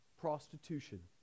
prostitution